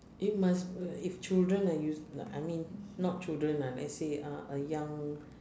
it must if children ah use lah I mean not children lah let's say uh a young